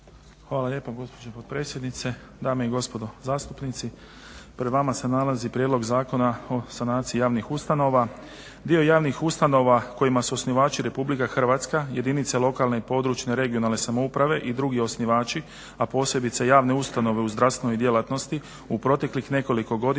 Hvala lijepa gospođo potpredsjednice, dame i gospodo zastupnici. Pred vama se nalazi prijedlog Zakona o sanaciji javnih ustanova. Dio javnih ustanova kojima su osnivači Republika Hrvatska, jedinice lokalne i područne (regionalne) samouprave i drugi osnivači, a posebice javne ustanove u zdravstvenoj djelatnosti, u proteklih nekoliko godina